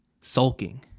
sulking